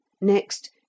Next